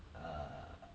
err